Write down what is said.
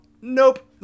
Nope